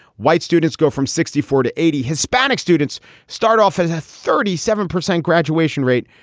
white students go from sixty four to eighty. hispanic students start off as a thirty seven percent graduation rate.